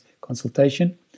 consultation